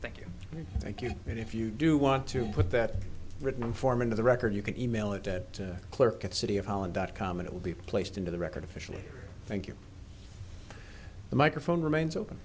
thank you thank you and if you do want to put that written form into the record you can email it to clerk at city of holland dot com and it will be placed into the record officially thank you the microphone remains open